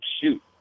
shoot